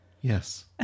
Yes